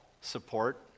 support